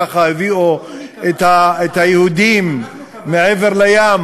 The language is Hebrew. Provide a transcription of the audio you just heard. כוחות אלוהיים הביאו את היהודים מעבר לים,